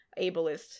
ableist